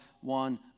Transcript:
one